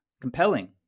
compelling